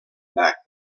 back